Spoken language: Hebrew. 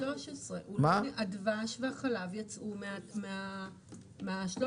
הדבש והחלב יצאו מה-13.